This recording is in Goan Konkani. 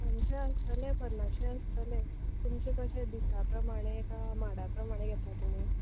खूबशे आसतले पन्नाशे आसतले तुमचे कशें दिसा प्रमाणे काय माडा प्रमाणे घेता तुमी